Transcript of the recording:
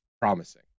promising